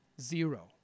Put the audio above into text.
Zero